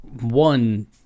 one